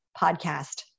podcast